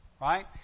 right